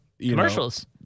commercials